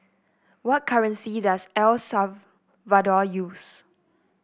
what currency does El Salvador use